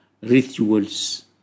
rituals